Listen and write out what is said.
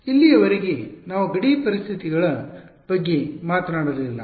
ಇಲ್ಲಿಯವರೆಗೆ ನಾವು ಗಡಿ ಪರಿಸ್ಥಿತಿಗಳ ಬಗ್ಗೆ ಮಾತನಾಡಲಿಲ್ಲ